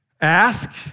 Ask